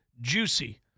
juicy